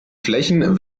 flächen